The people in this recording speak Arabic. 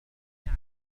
يعزف